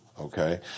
okay